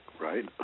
right